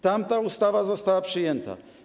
Tamta ustawa została przyjęta.